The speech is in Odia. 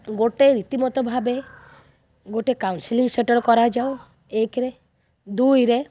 ଗୋଟିଏ ରୀତିମତ ଭାବେ ଗୋଟିଏ କାଉନସିଲିଂ ସେଣ୍ଟର୍ କରାଯାଉ ଏକରେ ଦୁଇରେ